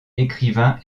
écrivain